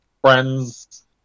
friends